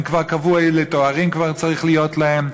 הם כבר קבעו אילו תארים צריכים להיות להם,